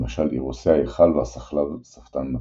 למשל אירוסי ההיכל והסחלב שפתן מצוי.